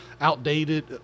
outdated